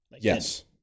yes